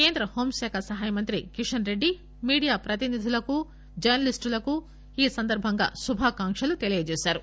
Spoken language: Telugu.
కేంద్ర హోంశాఖ సహాయ మంత్రి కిషన్ రెడ్డి మీడియా ప్రతినిధులకు జర్న లీస్టులకు శుభాకాంక్షలు తెలియజేశారు